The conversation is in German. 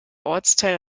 ortsteil